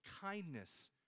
kindness